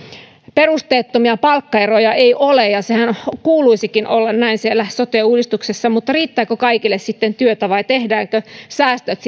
perusteettomia palkkaeroja ei ole senhän kuuluisikin olla näin siellä sote uudistuksessa mutta riittääkö kaikille sitten työtä vai tehdäänkö säästöt